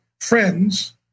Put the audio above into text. friends